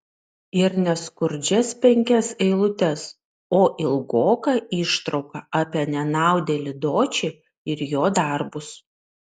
ir ne skurdžias penkias eilutes o ilgoką ištrauką apie nenaudėlį dočį ir jo darbus